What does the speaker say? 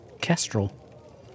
Kestrel